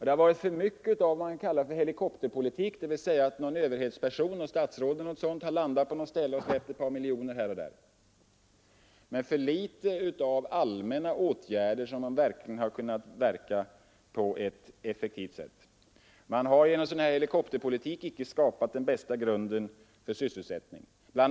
Det har varit för mycket av ”helikopterpolitik”, dvs. någon överhetsperson, t.ex. ett statsråd, har svävat ner på något ställe och släppt ned ett par miljoner här och ett par miljoner där, men för litet av allmänna åtgärder, som hade kunnat verka på ett effektivt sätt. Man har genom en sådan ”helikopterpolitik” icke skapat den bästa grunden för sysselsättning. Bl.